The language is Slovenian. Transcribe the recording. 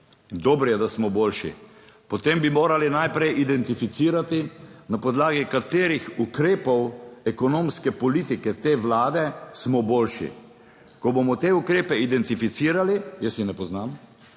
dobro je, da smo boljši, potem bi morali najprej identificirati, na podlagi katerih ukrepov ekonomske politike te Vlade smo boljši. Ko bomo te ukrepe identificirali, jaz jih ne poznam,